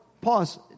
pause